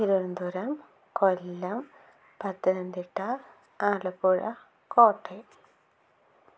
Thiruvananthapuram Kollam Pathanamthitta Alappuzha Kottayam